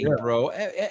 bro